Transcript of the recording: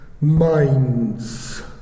minds